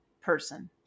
person